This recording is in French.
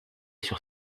sur